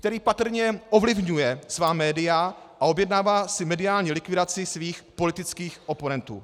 který patrně ovlivňuje svá média a objednává si mediální likvidaci svých politických oponentů;